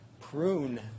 prune